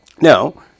Now